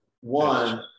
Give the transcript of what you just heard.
One